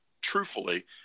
truthfully